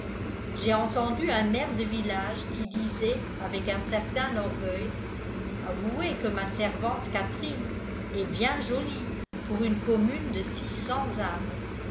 j'ai entendu un maire de village qui disait avec un certain orgueil avouez que ma servante catherine est bien jolie pour une commune de six cents âmes